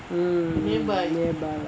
mm nearby